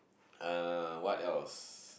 uh what else